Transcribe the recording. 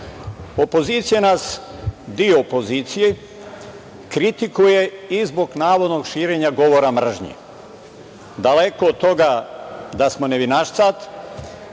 građane. Opozicija nas, deo opozicije, kritikuje i zbog navodnog širenja govora mržnje. Daleko od toga da smo nevinašcad,